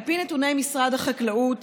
על פי נתוני משרד החקלאות,